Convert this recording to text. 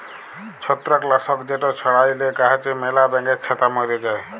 ছত্রাক লাসক যেট ছড়াইলে গাহাচে ম্যালা ব্যাঙের ছাতা ম্যরে যায়